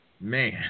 Man